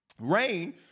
Rain